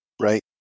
Right